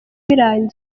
birangira